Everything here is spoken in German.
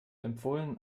empfohlen